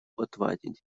отвадить